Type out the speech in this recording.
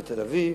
בתל-אביב,